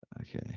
Okay